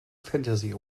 fantasy